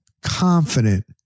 confident